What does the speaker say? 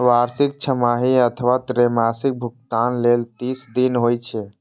वार्षिक, छमाही अथवा त्रैमासिक भुगतान लेल तीस दिन होइ छै